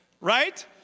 Right